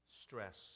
stress